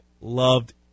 loved